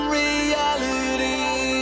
reality